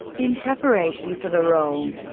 in preparation for the role,